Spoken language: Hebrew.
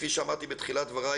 כפי שאמרתי בתחילת דבריי,